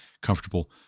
comfortable